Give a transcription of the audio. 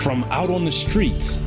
from out on the streets